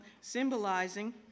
symbolizing